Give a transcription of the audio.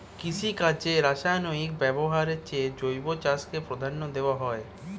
কৃষিকাজে রাসায়নিক ব্যবহারের চেয়ে জৈব চাষকে প্রাধান্য দেওয়া হয়